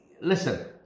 listen